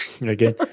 Again